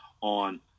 on